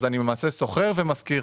אז אני למעשה שוכר ומשכיר.